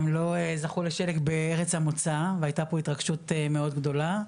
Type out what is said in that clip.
הם לא זכו לשלג בארץ המוצא והיתה פה התרגשות מאוד גדולה.